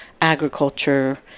agriculture